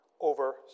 over